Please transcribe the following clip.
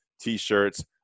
t-shirts